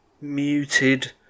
muted